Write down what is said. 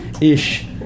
ish